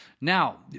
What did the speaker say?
now